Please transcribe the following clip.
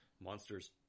monsters